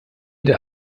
der